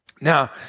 Now